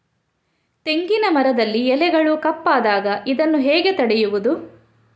ತೆಂಗಿನ ಮರದಲ್ಲಿ ಎಲೆಗಳು ಕಪ್ಪಾದಾಗ ಇದನ್ನು ಹೇಗೆ ತಡೆಯುವುದು?